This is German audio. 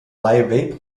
way